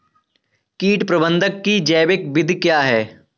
कीट प्रबंधक की जैविक विधि क्या है?